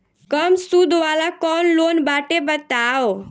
कम सूद वाला कौन लोन बाटे बताव?